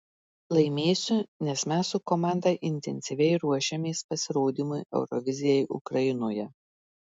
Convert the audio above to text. laimėsiu nes mes su komanda intensyviai ruošiamės pasirodymui eurovizijai ukrainoje